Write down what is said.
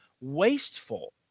wasteful